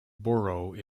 borough